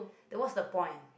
that was the point